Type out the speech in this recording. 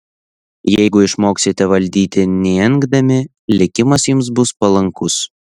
jeigu išmoksite valdyti neengdami likimas jums bus palankus